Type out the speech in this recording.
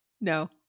no